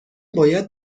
باید